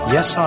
Yes